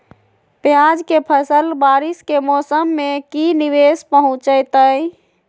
प्याज के फसल बारिस के मौसम में की निवेस पहुचैताई?